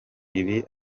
ibi